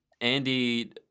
Andy